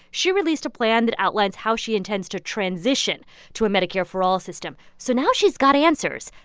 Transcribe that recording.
she released a plan that outlines how she intends to transition to a medicare for all system. so now she's got answers.